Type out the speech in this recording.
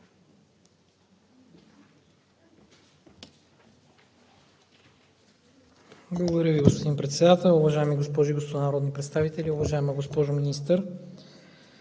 Благодаря Ви, господин Председател. Уважаеми госпожи и господа народни представители! Уважаема госпожо Министър,